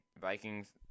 Vikings